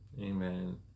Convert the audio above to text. amen